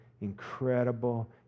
incredible